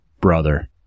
brother